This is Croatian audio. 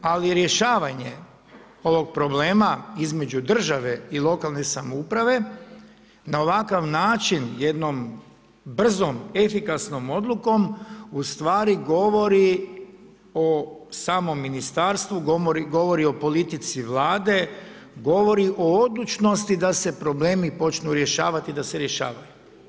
Ali rješavanje ovog problema između države i lokalne samouprave na ovakav način jednom brzom, efikasnom odlukom u stvari govori o samom ministarstvu, govori o politici Vlade, govori o odlučnosti da se problemi počnu rješavati i da se rješavaju.